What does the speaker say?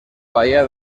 bahía